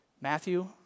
Matthew